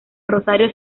rosario